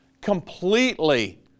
completely